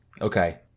Okay